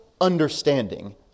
understanding